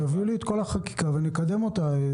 תביא לי את כל החקיקה ונקדם אותה.